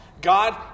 God